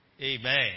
Amen